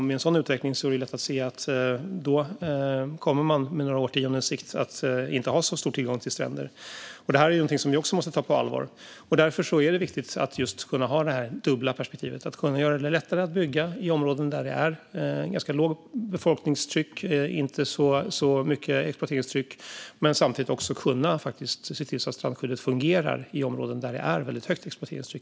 Med en sådan utveckling är det lätt att se att man på några årtiondens sikt inte kommer att ha så stor tillgång till stränder. Detta är någonting som vi måste ta på allvar. Därför är det viktigt att kunna ha det här dubbla perspektivet: att kunna göra det lättare att bygga i områden där det är ganska lågt befolkningstryck och inte så mycket exploateringstryck men samtidigt också kunna se till att strandskyddet fungerar i områden i Sverige där det är väldigt högt exploateringstryck.